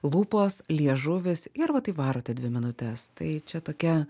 lūpos liežuvis ir va taip varote dvi minutes tai čia tokia